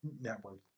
network